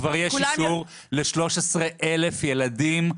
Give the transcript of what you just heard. כבר יש אישור ל-13,000 ילדים,